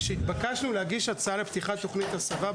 כשהתבקשנו להגיש הצעה לפתיחת תכנית הסבה,